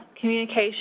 communication